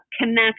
connect